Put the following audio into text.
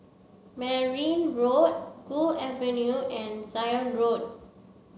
Merryn Road Gul Avenue and Zion Road